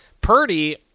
Purdy